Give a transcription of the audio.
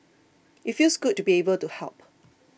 it feels good to be able to help